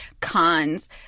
cons